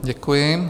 Děkuji.